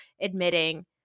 admitting